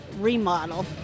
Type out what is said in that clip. remodel